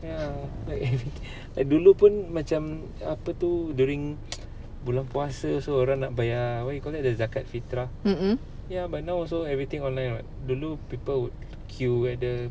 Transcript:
mm mm